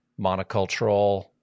monocultural